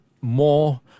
more